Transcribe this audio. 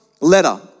letter